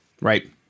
Right